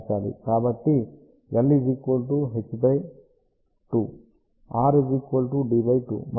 కాబట్టి l h2 r d 2 మరియు ఇది 0